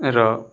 र